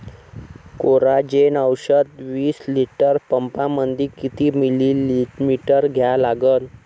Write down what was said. Coragen औषध विस litre पंपामंदी किती मिलीमिटर घ्या लागन?